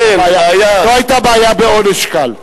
לא היתה בעיה בעונש קל.